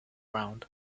round